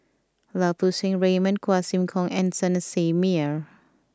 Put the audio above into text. Lau Poo Seng Raymond Quah Kim Song and Manasseh Meyer